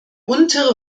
untere